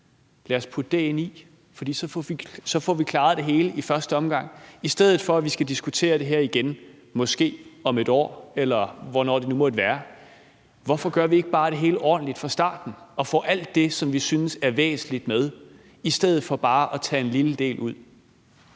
lad os putte det her ind i, for så får vi klaret det hele i første omgang, i stedet for at vi skal diskutere det her igen, måske om et år, eller hvornår det nu måtte være? Hvorfor gør vi ikke bare det hele ordentligt fra starten og får alt det med, som vi synes er væsentligt, i stedet for bare at tage en lille del ud?